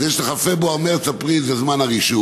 אז יש לך פברואר, מרס, אפריל, זה זמן הרישום,